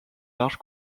large